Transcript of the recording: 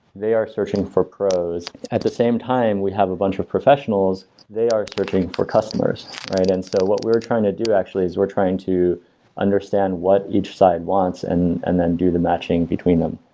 they are searching for pros. at the same time, we have a bunch of professionals, they are searching for customers and and so what we are trying to do actually is we're trying to understand what each side wants and and then do the matching between them.